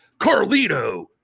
Carlito